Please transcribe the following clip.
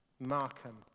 Markham